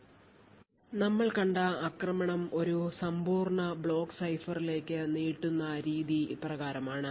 ഞങ്ങൾ കണ്ട ആക്രമണം ഒരു സമ്പൂർണ്ണ ബ്ലോക്ക് സൈഫറിലേക്ക് നീട്ടുന്ന രീതി ഇപ്രകാരമാണ്